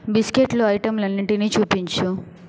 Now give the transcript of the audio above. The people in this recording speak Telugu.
బిస్కెట్లు ఐటెంలన్నిటినీ చూపించు